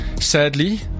Sadly